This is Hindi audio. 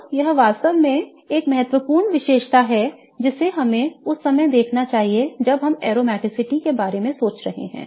तो यह वास्तव में एक महत्वपूर्ण विशेषता है जिसे हमें उस समय देखना चाहिए जब हम aromaticity के बारे में सोच रहे हैं